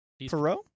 Perot